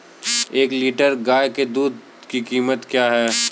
एक लीटर गाय के दूध की कीमत क्या है?